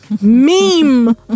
meme